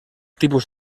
tipus